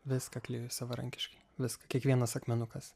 viską klijuoju savarankiškai viską kiekvienas akmenukas